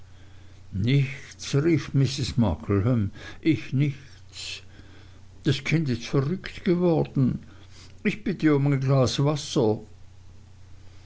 ich nichts das kind ist verrückt geworden ich bitte um ein glas wasser